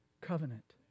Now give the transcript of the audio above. covenant